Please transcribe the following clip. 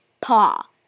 paw